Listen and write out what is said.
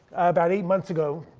about eight months ago.